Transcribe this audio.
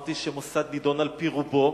אמרתי שמוסד נידון על-פי רובו,